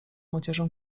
młodzieżą